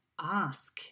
ask